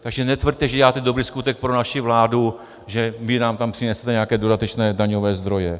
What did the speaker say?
Takže netvrďte, že děláte dobrý skutek pro naši vládu, že vy nám tam přinesete nějaké dodatečné daňové zdroje.